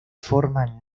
forma